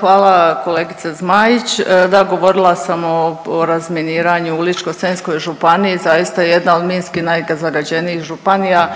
Hvala kolegice Zmaić. Da, govorila sam o razminiranju Ličko-senjskoj županiji, zaista jedna od minski najzagađenijih županija